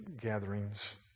gatherings